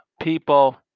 people